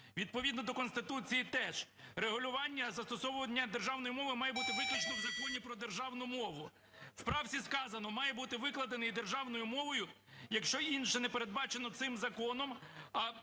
відповідно до Конституції – теж. Регулювання застосування державної мови має бути виключно в Законі про державну мову. В правці сказано: "має бути викладений державною мовою, якщо інше не передбачено цим законом",